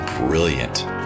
brilliant